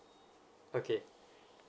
okay